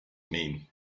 mean